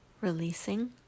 Releasing